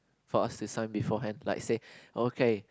for us to sign before hand like say oh okay